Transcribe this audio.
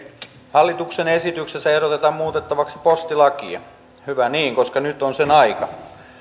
hallituksen esityksessä ehdotetaan muutettavaksi postilakia hyvä niin koska nyt on sen aika